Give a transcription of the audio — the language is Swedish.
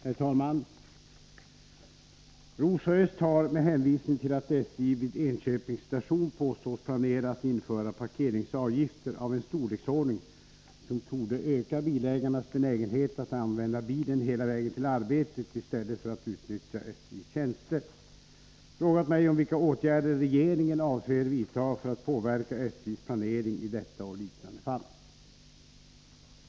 Herr talman! Rosa Östh har, med hänvisning till att SJ vid Enköpings station påstås planera att införa parkeringsavgifter av en storleksordning som torde öka bilägarnas benägenhet att använda bilen hela vägen till arbetet i stället för att utnyttja SJ:s tjänster, frågat mig vilka åtgärder regeringen avser vidta för att påverka SJ:s planering i detta och liknande fall.